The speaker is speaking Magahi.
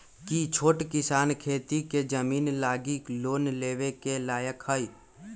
कि छोट किसान खेती के जमीन लागी लोन लेवे के लायक हई?